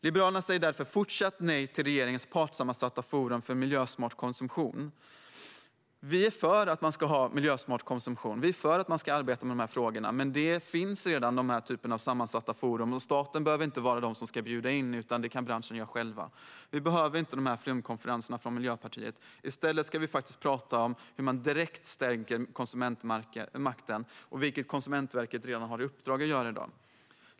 Liberalerna säger därför fortsatt nej till regeringens partssammansatta forum för miljösmart konsumtion. Vi är för miljösmart konsumtion, och vi är för att arbeta med dessa frågor. Den här typen av sammansatta forum finns dock redan, och staten behöver inte vara den som bjuder in. Det kan branschen i stället göra själv. Vi behöver inte dessa flumkonferenser från Miljöpartiet. I stället ska vi prata om hur man direkt stärker konsumentmakten, vilket Konsumentverket redan i dag har i uppdrag att göra.